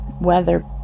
weather